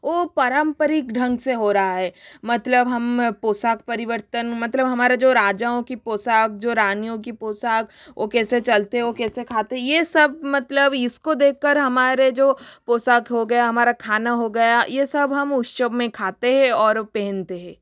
वो पारंपरिक ढंग से हो रहा है मतलब हम पोशाक परिवर्तन मतलब हमारा जो राजाओं की पोशाक जो रानियां की पोशाक वो कैसे चलते वो कैसे खाते हैं तो ये सब मतलब इसको देख कर हमारे जो पोशाक हो गया हमारा खाना हो गया ये सब हम उत्सव में खाते हैं और पहनते हैं